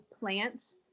Plants